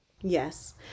yes